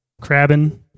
crabbing